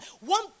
one